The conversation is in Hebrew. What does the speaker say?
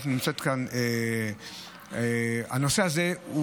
הנושא הזה,